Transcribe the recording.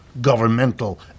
governmental